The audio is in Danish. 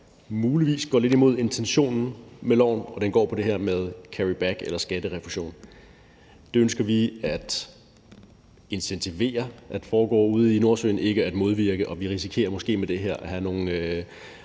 muligvis går lidt imod intentionen i lovforslaget, og den går på det her med carryback eller skatterefusion. Det ønsker vi at intensivere ude i Nordsøen, ikke at modvirke det, og vi risikerer måske med det her at have nogle